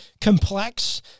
complex